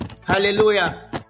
Hallelujah